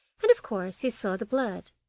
and of course he saw the blood.